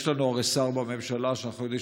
יש לנו הרי שר בממשלה שאנחנו יודעים